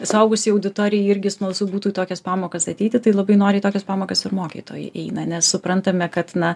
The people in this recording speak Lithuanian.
suaugusiai auditorijai irgi smalsu būtų į tokias pamokas ateiti tai labai noriai tokias pamokas ir mokytojai eina nes suprantame kad na